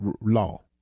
law